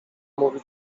mówić